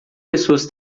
pessoas